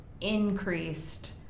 increased